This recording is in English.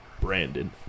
Brandon